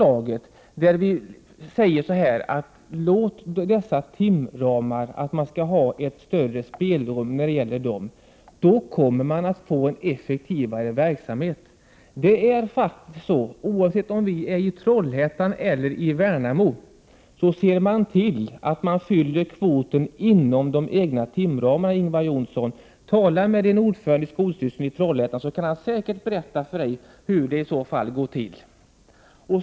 Jag kan därför säga att om det moderata förslaget, där det sägs att det skall finnas ett större spelrum när det gäller timramarna, skulle genomföras, kommer verksamheten att bli effektivare. Oavsett om man befinner sig i Trollhättan eller i Värnamo ser man till att man fyller kvoten inom de egna timramarna, Ingvar Johnsson. Jag tycker att Ingvar Johnsson skall tala med ordföranden i skolstyrelsen i Trollhättan. Han kan säkert berätta hur det går till.